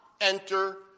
enter